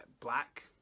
black